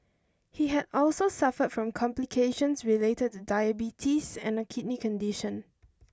he had also suffered from complications related to diabetes and a kidney condition